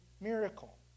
Miracle